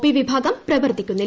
P വിഭാഗം പ്രവർത്തിക്കുന്നില്ല